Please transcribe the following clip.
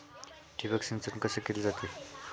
ठिबक सिंचन कसे केले जाते?